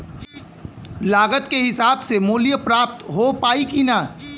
लागत के हिसाब से मूल्य प्राप्त हो पायी की ना?